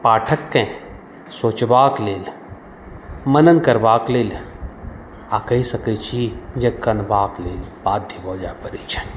पाठककेँ सोचबाके लेल मनन करबाके लेल आ कहि सकै छी कानबाके लेल बाध्य भऽ जाए पड़ै छनि